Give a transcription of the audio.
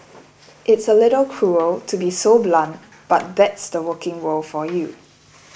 it's a little cruel to be so blunt but that's the working world for you